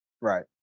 Right